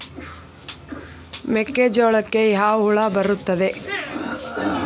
ಮೆಕ್ಕೆಜೋಳಕ್ಕೆ ಯಾವ ಹುಳ ಬರುತ್ತದೆ?